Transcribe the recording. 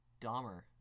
Dahmer